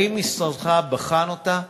האם משרדך בחן אותה?